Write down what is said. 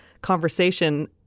conversation